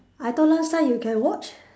I thought last time you can watch